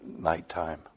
nighttime